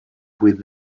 with